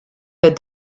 that